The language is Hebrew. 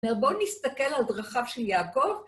בואו נסתכל על דרכיו של יעקב.